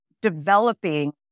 developing